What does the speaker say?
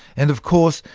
and of course,